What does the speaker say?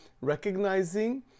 recognizing